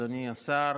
אדוני השר,